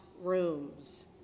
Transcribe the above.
rooms